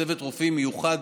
צוות רופאים מיוחד,